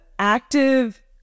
active